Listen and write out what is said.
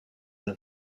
them